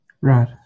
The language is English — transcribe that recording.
Right